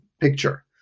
picture